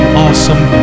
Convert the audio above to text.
awesome